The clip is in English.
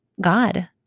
God